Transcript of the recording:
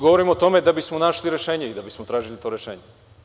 Govorim o tome da bismo našli rešenja i da bismo tražili to rešenje.